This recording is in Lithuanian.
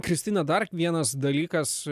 kristina dar vienas dalykas